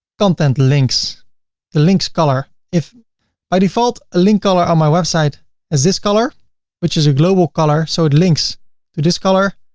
content links the links color. by default a link color on my website is this color which is a global color so it links to this color,